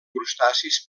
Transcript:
crustacis